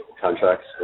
contracts